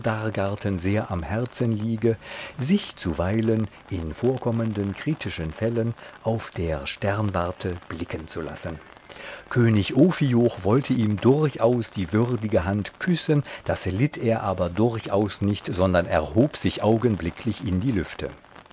sehr am herzen liege sich zuweilen in vorkommenden kritischen fällen auf der sternwarte blicken zu lassen könig ophioch wollte ihm durchaus die würdige hand küssen das litt er aber durchaus nicht sondern erhob sich augenblicklich in die lüfte